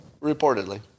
Reportedly